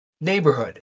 neighborhood